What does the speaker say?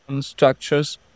structures